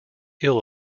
ill